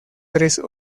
tres